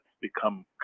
become